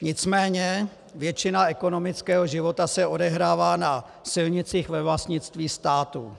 Nicméně většina ekonomického života se odehrává na silnicích ve vlastnictví státu.